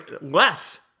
less